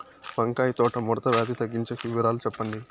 వంకాయ తోట ముడత వ్యాధి తగ్గించేకి వివరాలు చెప్పండి?